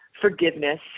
forgiveness